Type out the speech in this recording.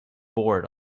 bored